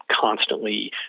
constantly